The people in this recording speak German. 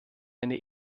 eine